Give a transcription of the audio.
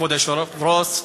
כבוד היושב-ראש,